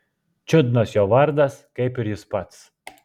čiudnas jo vardas kaip ir jis pats